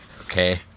Okay